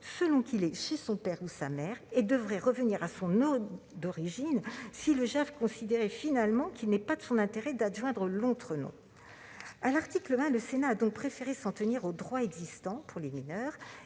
selon qu'il est chez son père ou chez sa mère et devrait revenir à son nom d'origine si le JAF considérait finalement qu'il n'est pas de son intérêt d'adjoindre l'autre nom. À l'article 1, le Sénat a donc préféré s'en tenir au droit existant pour les mineurs